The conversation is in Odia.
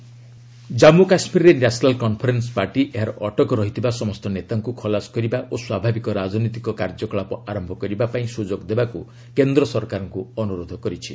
ଜେକେ ନ୍ୟାସନାଲ୍ କନଫରେନ୍ସ ଜାମ୍ମୁ କାଶ୍ମୀରରେ ନ୍ୟାସନାଲ୍ କନଫରେନ୍ଦ ପାର୍ଟି ଏହାର ଅଟକ ରହିଥିବା ସମସ୍ତ ନେତାଙ୍କ ଖଲାସ କରିବା ଓ ସ୍ୱାଭାବିକ ରାଜନୈତିକ କାର୍ଯ୍ୟକଳାପ ଆରମ୍ଭ କରିବା ପାଇଁ ସ୍ରଯୋଗ ଦେବାକୁ କେନ୍ଦ୍ର ସରକାରଙ୍କୁ ଅନ୍ତରୋଧ କରିଛି